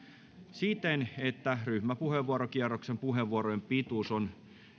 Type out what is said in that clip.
siten että ryhmäpuheenvuorokierroksen puheenvuorojen pituus on